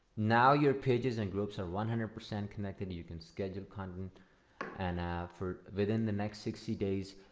now your pages and groups are one hundred percent connected you can schedule content and for within the next sixty days